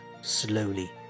slowly